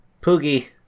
POOGIE